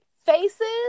faces